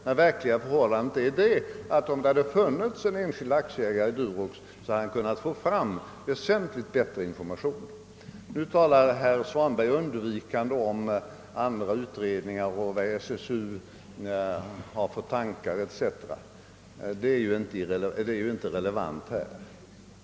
Det verkliga förhållandet är att om det funnits en enskild aktieägare i Durox, hade han kunnat få fram väsentligt bättre information än som nu skedde. Nu talar herr Svanberg undvikande om andra utredningar och SSU:s planer, etc. Det är inte relevant här.